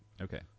Okay